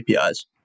APIs